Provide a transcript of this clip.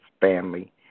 family